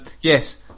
yes